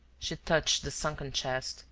she touched the sunken chest,